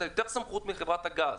אתה יותר סמכות מחברת הגז.